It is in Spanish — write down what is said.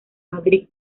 madrid